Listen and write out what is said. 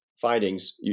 findings